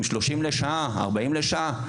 עם 30 שקלים לשעה, 40 שקלים לשעה?